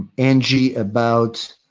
angie about